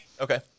Okay